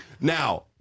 now